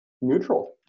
neutral